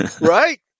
right